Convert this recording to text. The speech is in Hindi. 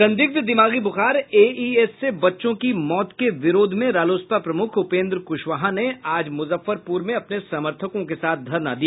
संदिग्ध दिमागी बुखार एईएस से बच्चों की मौत के विरोध में रालोसपा प्रमुख उपेन्द्र कुशवाहा ने आज मुजफ्फरपुर में अपने समर्थकों के साथ धरना दिया